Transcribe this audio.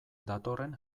datorren